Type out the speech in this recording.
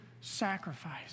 sacrifice